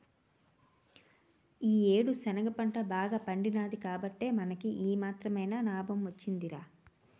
ఈ యేడు శనగ పంట బాగా పండినాది కాబట్టే మనకి ఈ మాత్రమైన నాబం వొచ్చిందిరా